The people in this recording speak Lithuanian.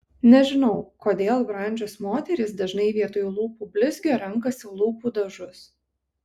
nežinau kodėl brandžios moterys dažnai vietoj lūpų blizgio renkasi lūpų dažus